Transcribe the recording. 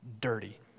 dirty